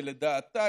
שלדעתה,